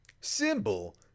Symbol